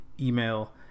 Email